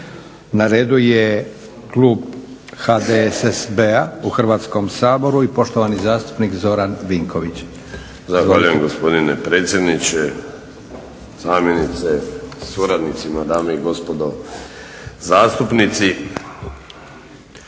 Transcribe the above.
Na redu je klub HDSSB-a u Hrvatskom saboru i poštovani zastupnik Zoran Vinković. **Vinković, Zoran (HDSSB)** Zahvaljujem gospodine predsjedniče, zamjenice sa suradnicima, dame i gospodo zastupnici.